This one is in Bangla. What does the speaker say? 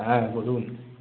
হ্যাঁ বলুন